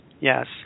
Yes